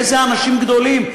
איזה אנשים גדולים.